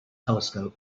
telescope